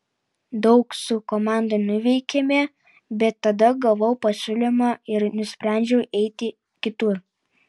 daug su komanda nuveikėme bet tada gavau pasiūlymą ir nusprendžiau eiti kitur